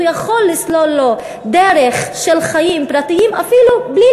הוא יכול לסלול לו דרך של חיים פרטיים אפילו בלי